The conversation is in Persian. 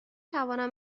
توانم